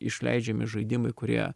išleidžiami žaidimai kurie